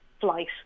flight